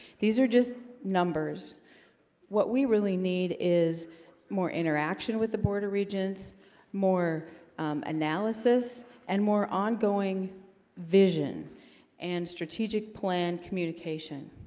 these are just numbers what we really need is more interaction with the board of regents more analysis and more ongoing vision and strategic plan communication